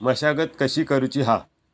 मशागत कशी करूची हा?